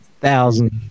thousand